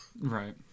Right